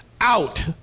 out